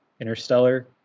Interstellar